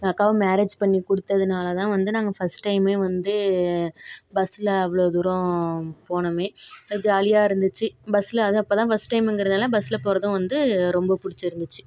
எங்ள் அக்காவை மேரேஜ் பண்ணி கொடுத்ததுனால தான் வந்து நாங்கள் ஃபர்ஸ்ட் டைம் வந்து பஸ்ஸில் அவ்வளோ தூரம் போனோம் அது ஜாலியாக இருந்துச்சு பஸ்ஸில் வந்து அது அப்போதுதான் ஃபர்ஸ்ட் டைம்ங்கிறதுனால பஸ்ல போகிறதும் வந்து ரொம்ப பிடிச்சிருந்துச்சி